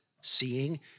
seeing